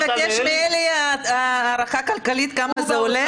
אתה מבקש מעלי הערכה כלכלית כמה זה עולה?